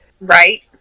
right